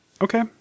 Okay